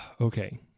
Okay